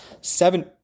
seven